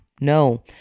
No